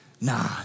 Nah